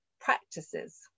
practices